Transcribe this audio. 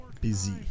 busy